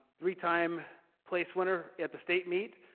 three time place winner at the state meet.